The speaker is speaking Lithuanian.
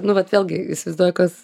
nu vat vėlgi įsivaizduoju kas